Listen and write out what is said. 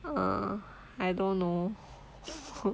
err I don't know